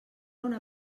una